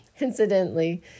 incidentally